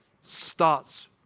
starts